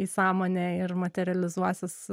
į sąmonę ir materializuosis